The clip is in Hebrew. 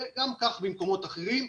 וגם כך במקומות אחרים.